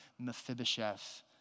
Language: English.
Mephibosheth